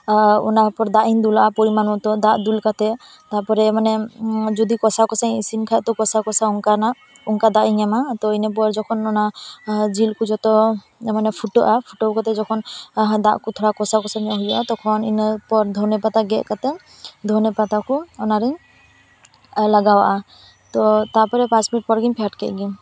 ᱚᱱᱟ ᱯᱚᱨ ᱫᱟᱜ ᱤᱧ ᱫᱩᱞᱟᱜᱼᱟ ᱯᱚᱨᱤᱢᱟᱱ ᱢᱚᱛᱚ ᱫᱟᱜ ᱫᱩᱞ ᱠᱟᱛᱮ ᱛᱟᱯᱚᱨᱮ ᱢᱟᱱᱮ ᱡᱩᱫᱤ ᱠᱚᱥᱟᱣ ᱠᱚᱥᱟᱣ ᱤᱧ ᱤᱥᱤᱱ ᱠᱷᱟᱡ ᱛᱚ ᱠᱚᱥᱟᱣ ᱠᱚᱥᱟᱣ ᱚᱱᱠᱟᱱᱟᱜ ᱚᱱᱠᱟ ᱫᱟᱜ ᱤᱧ ᱮᱢᱟ ᱤᱱᱟᱹ ᱯᱚᱨ ᱡᱚᱠᱷᱚᱱ ᱚᱱᱟ ᱡᱤᱞ ᱠᱚ ᱡᱚᱛᱚ ᱡᱮᱢᱚᱱᱮ ᱯᱷᱩᱴᱟᱹᱜᱼᱟ ᱯᱷᱩᱴᱟᱣ ᱠᱟᱛᱮᱜ ᱡᱚᱠᱷᱚᱱ ᱫᱟᱜ ᱠᱚ ᱛᱷᱚᱲᱟ ᱠᱚᱥᱟᱣ ᱠᱚᱥᱟᱣ ᱧᱚᱜ ᱦᱩᱭᱩᱜᱼᱟ ᱛᱚᱠᱷᱚᱱ ᱤᱱᱟᱹ ᱯᱚᱨ ᱫᱷᱚᱱᱮ ᱯᱟᱛᱟ ᱜᱮᱫ ᱠᱟᱛᱮᱜ ᱫᱷᱚᱱᱮ ᱯᱟᱛᱟ ᱠᱚ ᱚᱱᱟᱨᱤᱧ ᱞᱟᱜᱟᱣᱟᱜᱼᱟ ᱛᱚ ᱛᱟᱯᱚᱨᱮ ᱯᱟᱸᱪ ᱢᱤᱱᱤᱴ ᱯᱚᱨ ᱜᱮᱧ ᱯᱷᱮᱴ ᱠᱮᱫ ᱜᱮ